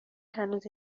هنوز